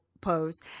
pose